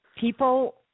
people